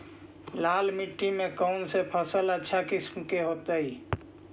लाल मिट्टी में कौन से फसल अच्छा किस्म के होतै?